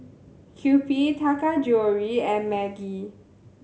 Kewpie Taka Jewelry and Maggi